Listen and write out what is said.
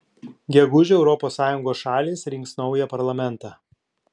gegužę europos sąjungos šalys rinks naują parlamentą